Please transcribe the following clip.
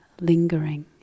lingering